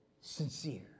Sincere